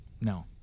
No